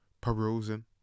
perusing